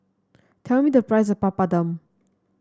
tell me the price of Papadum